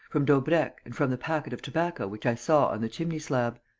from daubrecq and from the packet of tobacco which i saw on the chimney-slab.